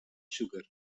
sugar